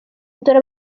dore